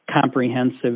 comprehensive